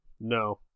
No